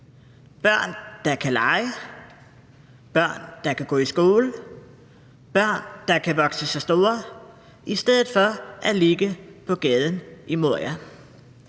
børn, der kan lege, børn, der kan gå i skole, børn, der kan vokse sig store, i stedet for at ligge på gaden i Moria.